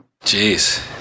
Jeez